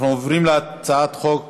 אנחנו עוברים להצעת חוק